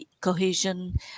cohesion